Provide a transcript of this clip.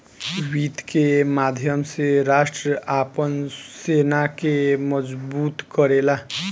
वित्त के माध्यम से राष्ट्र आपन सेना के मजबूत करेला